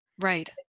Right